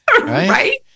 Right